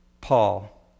Paul